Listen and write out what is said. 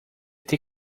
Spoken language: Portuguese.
ter